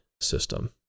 system